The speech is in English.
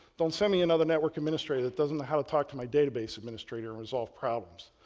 don't send me another network administrator that doesn't know how to talk to my database administrator and resolve problems.